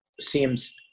seems